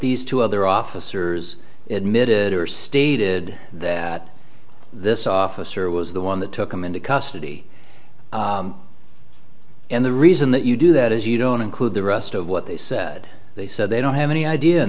these two other officers at mit it was stated that this officer was the one that took them into custody and the reason that you do that is you don't include the rest of what they said they said they don't have any idea in